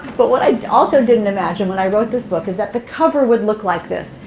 but what i also didn't imagine, when i wrote this book, is that the cover would look like this.